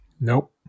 Nope